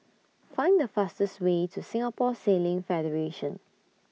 Find The fastest Way to Singapore Sailing Federation